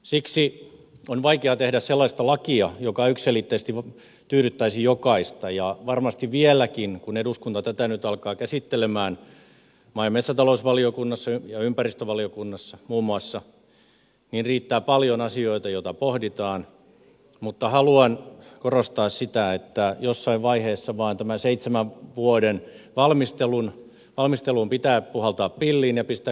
siksi on vaikea tehdä sellaista lakia joka yksiselitteisesti tyydyttäisi jokaista ja varmasti vieläkin kun eduskunta tätä nyt alkaa käsittelemään muun muassa maa ja metsätalousvaliokunnassa ja ympäristövaliokunnassa riittää paljon asioita joita pohditaan mutta haluan korostaa sitä että jossain vaiheessa tätä seitsemän vuoden valmistelua vain pitää puhaltaa pilliin ja pistää kirkko keskelle kylää